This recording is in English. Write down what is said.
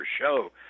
show